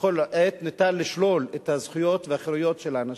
ובכל עת ניתן לשלול את הזכויות והחירויות של האנשים?